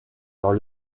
dans